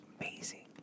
amazing